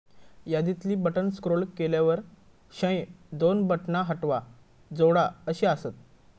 यादीतली button scroll केल्यावर थंय दोन बटणा हटवा, जोडा अशी आसत